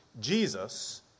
Jesus